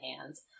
hands